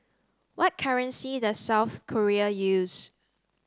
what currency does South Korea use